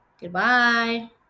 goodbye